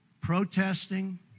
protesting